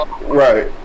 Right